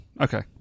okay